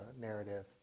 narrative